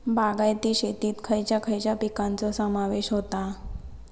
बागायती शेतात खयच्या खयच्या पिकांचो समावेश होता?